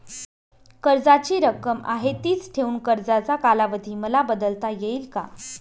कर्जाची रक्कम आहे तिच ठेवून कर्जाचा कालावधी मला बदलता येईल का?